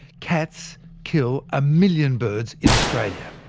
cats kill a million birds in australia.